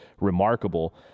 remarkable